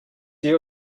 view